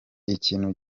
ikintu